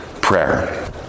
prayer